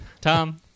Tom